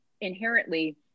inherently